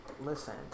Listen